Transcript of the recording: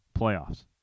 playoffs